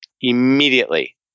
immediately